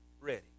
ready